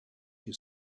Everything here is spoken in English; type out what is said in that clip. you